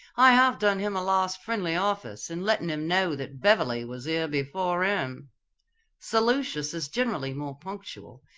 i have done him a last friendly office, in letting him know that beverley was here before him sir lucius is generally more punctual,